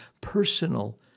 personal